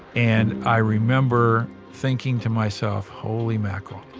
and i remember thinking to myself, holy mackerel.